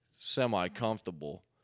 semi-comfortable